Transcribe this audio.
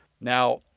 Now